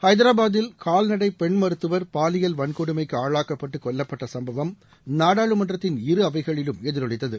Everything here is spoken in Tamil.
ஐதராபாத்தில் கால்நடை பெண் மருத்துவர் பாலியல் வன்கொடுமைக்கு ஆளாக்கப்பட்டு கொல்லப்பட்ட சம்பவம் நாடாளுமன்றத்தில் இரு அவைகளிலும் எதிரொலித்தது